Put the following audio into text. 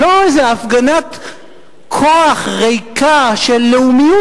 לא איזה הפגנת כוח ריקה של לאומיות,